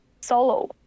solo